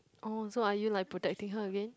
oh so are you like protecting her again